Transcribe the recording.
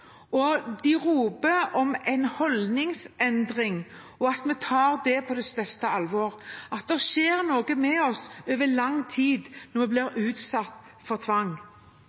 De roper etter en holdningsendring og at vi tar på største alvor at det skjer noe med en over lang tid når en blir utsatt for tvang.